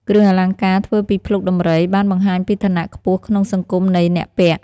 គ្រឿងអលង្ការធ្វើពីភ្លុកដំរី បានបង្ហាញពីឋានៈខ្ពស់ក្នុងសង្គមនៃអ្នកពាក់។